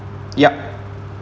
ya